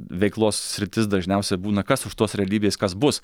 veiklos sritis dažniausiai būna kas už tos realybės kas bus